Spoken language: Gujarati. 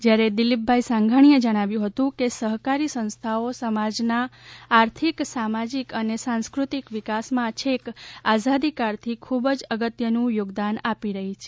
જ્યારે દિલીપભાઇ સંઘાણીએ જણાવ્યું હતુ કે સહકારી સંસ્થાઓ સમાજના આર્થિક સામાજીક અને સાસ્ક્રતિક વિકાસમાં છેક આઝાદી કાળથી ખુબજ અગત્યનુ યોગદાન આપી રહી છે